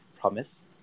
promise